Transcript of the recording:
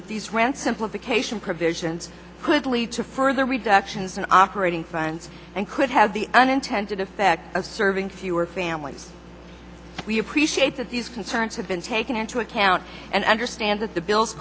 that these rants simplification provisions could lead to further reductions in operating science and could have the unintended effect of serving fewer families we appreciate that these concerns have been taken into account and understand that the bill